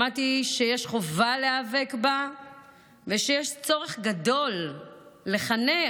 למדתי שיש חובה להיאבק בה ושיש צורך גדול לחנך,